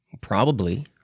Probably